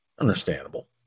Understandable